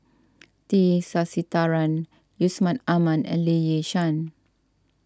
T Sasitharan Yusman Aman and Lee Yi Shyan